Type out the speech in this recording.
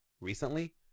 recently